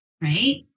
right